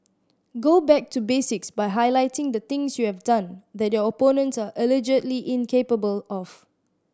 go back to basics by highlighting the things you have done that your opponents are allegedly incapable of